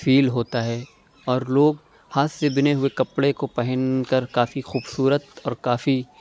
فیل ہوتا ہے اور لوگ ہاتھ سے بُنے ہوئے کپڑے کو پہن کر کافی خوبصورت اور کافی